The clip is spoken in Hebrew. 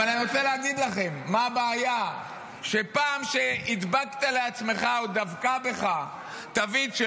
אבל אני רוצה להגיד לכם מה הבעיה: פעם הדבקת לעצמך או דבקה בך תווית של,